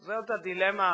זאת הדילמה האמיתית.